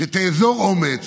שתאזור אומץ